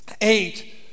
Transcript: eight